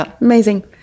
Amazing